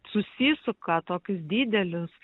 susisuka tokius didelius